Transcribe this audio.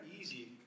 easy